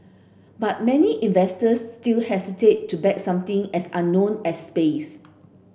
but many investors still hesitate to back something as unknown as space